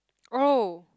oh